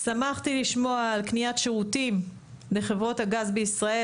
שמחתי לשמוע על קניית שירותים של חברות הגז בישראל